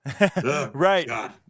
right